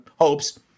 hopes